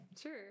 Sure